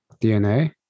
DNA